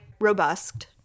robust